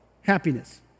happiness